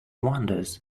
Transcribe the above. wonders